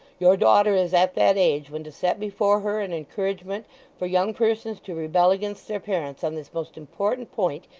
your daughter is at that age when to set before her an encouragement for young persons to rebel against their parents on this most important point,